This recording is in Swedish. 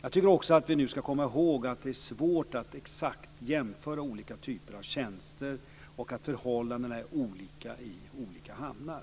Jag tycker också att vi nu ska komma ihåg att det är svårt att exakt jämföra olika typer av tjänster och att förhållandena är olika i olika hamnar.